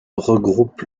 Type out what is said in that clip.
regroupe